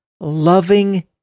loving